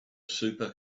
super